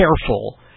careful